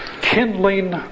Kindling